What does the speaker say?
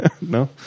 No